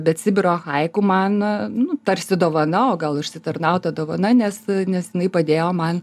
bet sibiro haiku man tarsi dovana o gal užsitarnauta dovana nes nes jinai padėjo man